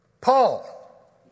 Paul